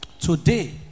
today